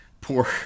poor